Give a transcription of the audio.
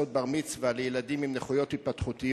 לעשות בר-מצווה לילדים עם נכויות התפתחות,